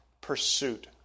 pursuit